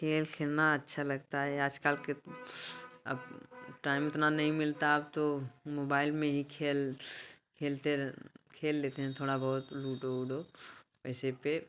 खेल खेलना अच्छा लगता है आजकल के अब टाइम उतना नहीं मिलता अब तो मोबाइल में ही खेल खेलते खेल लेते हैं थोड़ा बहुत लुडो उडो पैसे पे